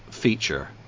Feature